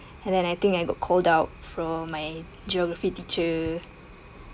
and and I think I got called out from my geography teacher